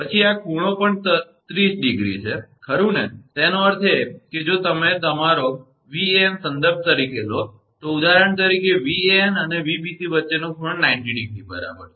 પછી આ ખૂણો પણ 30° છે ખરું ને તેનો અર્થ એ કે જો તમે તમારો 𝑉𝑎𝑛 સંદર્ભ તરીકે લો છો તો ઉદાહરણ તરીકે 𝑉𝑎𝑛 અને 𝑉𝑏𝑐 વચ્ચેનો ખૂણો 90° બરાબર છે